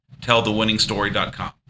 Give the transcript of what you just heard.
TellTheWinningStory.com